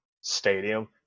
stadium